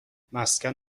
مسکن